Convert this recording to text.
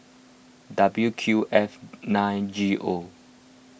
W Q F nine G O